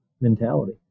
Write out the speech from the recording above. mentality